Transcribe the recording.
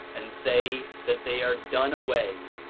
and say that they are done away,